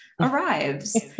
arrives